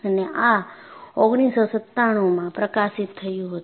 અને આ 1997 માં પ્રકાશિત થયું હતું